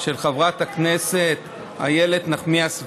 של חברת הכנסת איילת נחמיאס ורבין,